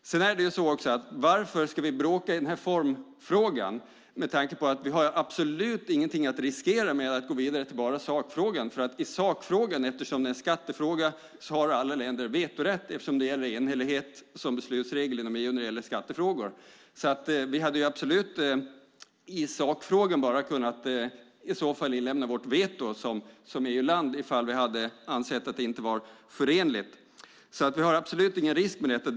Varför ska vi bråka i formfrågan? Vi har absolut ingenting att riskera med att gå vidare till sakfrågan. I sakfrågan har alla länder vetorätt, eftersom det är en skattefråga och enhällighet gäller som beslutsregel inom EU när det gäller skattefrågor. Vi hade i sakfrågan absolut kunnat inlämna vårt veto som EU-land ifall vi hade ansett att det inte var godtagbart. Det finns alltså absolut ingen risk med detta.